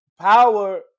power